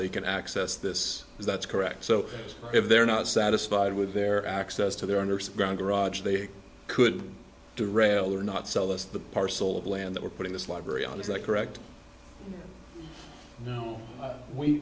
they can access this is that's correct so if they're not satisfied with their access to their owners around the raj they could derail or not sell us the parcel of land that we're putting this library on is that correct